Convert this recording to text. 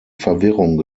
verwirrung